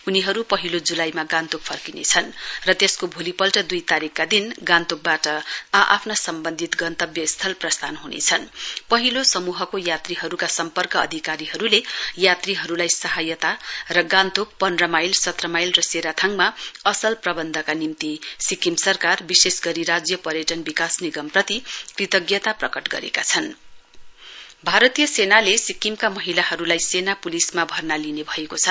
उनीहरू पहिलो ज्लाईमा गान्तोक फर्किनेछन र त्यसको भोलिपल्ट द्ई तारीकका दिन गान्तोकबाट आ आफ्ना सम्वन्धित गन्तब्य स्थल प्रस्थान ह्नेछन पहिलो समूहको यात्रीहरूका सम्पर्क अधिकारीहरूले यात्रीहरूलाई सहायता र गान्तोक पन्ध्र माईल सत्र माइल र शेराथाङमा असल प्रवन्धका निम्ति सिक्किम सरकार विशेष गरी राज्य पर्यटन विकास निगमप्रति कृतज्ञता प्रकट गरेका छन मिलीटेरी जब भारतीय सेनाले सिक्किमका महिलाहरूलाई सेना प्लिसमा भर्ना लिने भएको छ